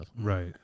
right